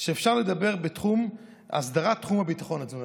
שאפשר לדבר עליו בתחום הסדרת הביטחון התזונתי.